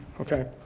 Okay